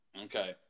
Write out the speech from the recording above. Okay